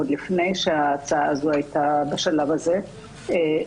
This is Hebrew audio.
עוד לפני שההצעה היתה בשלב הזה,